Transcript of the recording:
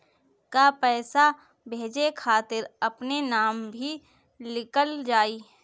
का पैसा भेजे खातिर अपने नाम भी लिकल जाइ?